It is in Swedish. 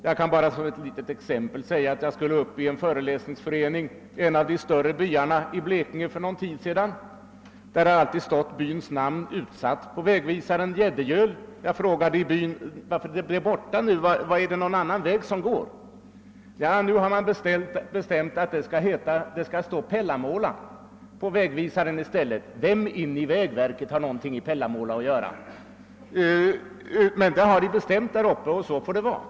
Jag kan bara som ett litet exempel nämna att jag för några år sedan skulle resa till en föreläsningsförening i en av de större byarna i Blekinge. Byns namn — Gäddegöl — har tidigare alltid stått utsatt på vägvisare. Jag frågade i grannbyn varför namnet hade tagits bort och om det var någon annan väg som numera ledde till byn. Jag fick då veta: Nu har man bestämt att det skall stå »Pellamåla» på vägvisaren i stället. Vem in i vägverket har någonting i Pellamåla att göra! Men detta har bestämts, och då får det vara så».